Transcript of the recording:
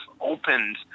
opened